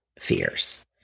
fears